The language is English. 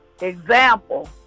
Example